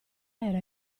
era